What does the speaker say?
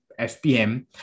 SPM